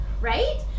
right